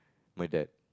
my dad